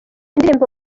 indirimbo